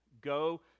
Go